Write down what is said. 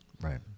Right